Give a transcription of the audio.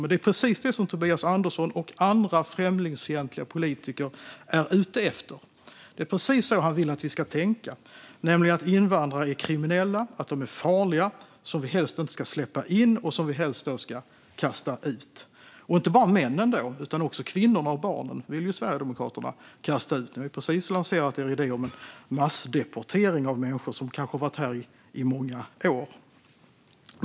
Men det är precis det som Tobias Andersson och andra främlingsfientliga politiker är ute efter. Det är precis så han vill att vi ska tänka; invandrare är kriminella, och de är farliga. Vi ska helst inte släppa in dem, och de som är här ska helst kastas ut. Det gäller inte bara männen. Också kvinnorna och barnen vill Sverigedemokraterna kasta ut. Ni har precis lanserat er idé om massdeportering av människor som kanske har varit här i många år.